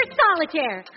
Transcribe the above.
solitaire